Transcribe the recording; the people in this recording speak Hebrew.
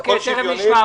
הכול שוויוני.